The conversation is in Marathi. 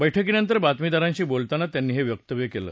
बैठकीनंतर बातमीदारांशी बोलताना त्यांनी हे वक्तव्य केलं